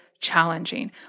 challenging